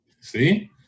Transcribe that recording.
See